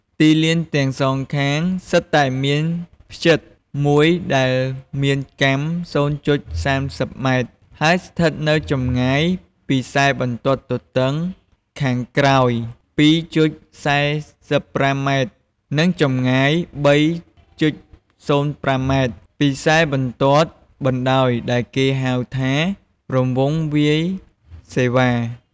ទីលានទាំងសងខាងសុទ្ធតែមានផ្ចិតមួយដែលមានកាំ០.៣០ម៉ែត្រ ហើយស្ថិតនៅចម្ងាយពីខ្សែបន្ទាត់ទទឹងខាងក្រោយ២.៤៥ម៉ែត្រនិង ចម្ងាយ៣.០៥ម៉ែត្រពីខ្សែបន្ទាត់បណ្ដោយដែលគេហៅថា រង្វង់វាយសេវា ។